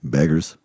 Beggars